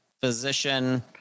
physician